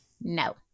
No